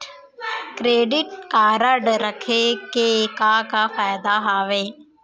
Credit card रखे के का का फायदा हवे?